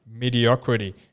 mediocrity